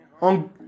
on